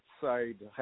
side